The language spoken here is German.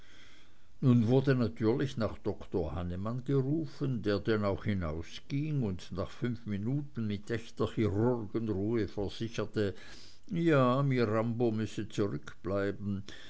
nun wurde natürlich nach doktor hannemann gerufen der denn auch hinausging und nach fünf minuten mit echter chirurgenruhe versicherte ja mirambo müsse zurückbleiben